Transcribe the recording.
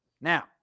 Now